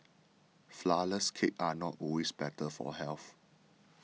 Flourless Cakes are not always better for health